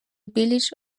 village